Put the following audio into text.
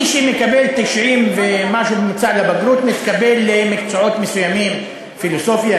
מי שמקבל 90 ומשהו בממוצע בבגרות מתקבל למקצועות מסוימים: פילוסופיה,